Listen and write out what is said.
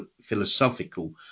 philosophical